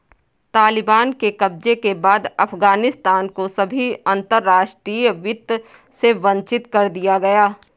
तालिबान के कब्जे के बाद अफगानिस्तान को सभी अंतरराष्ट्रीय वित्त से वंचित कर दिया गया